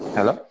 Hello